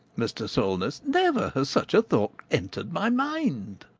mr. solness never has such a thought entered my mind.